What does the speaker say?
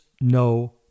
no